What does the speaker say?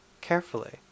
carefully